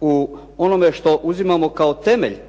u onom što uzimamo kao temelj